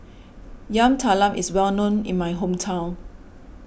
Yam Talam is well known in my hometown